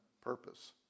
purpose